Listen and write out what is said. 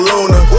Luna